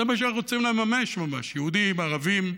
זה מה שרוצים לממש, יהודים וערבים,